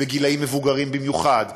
ובגילאים מבוגרים במיוחד,